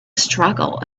struggle